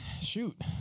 Shoot